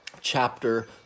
chapter